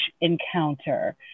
encounter